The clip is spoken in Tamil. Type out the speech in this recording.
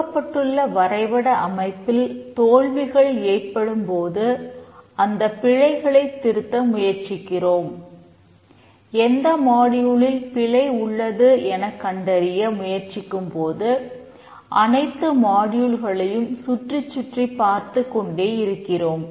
கொடுக்கப்பட்டுள்ள வரைபட அமைப்பில் தோல்விகள் ஏற்படும் போது அந்தப் பிழைகளைத் திருத்த முயற்சிக்கிறோம்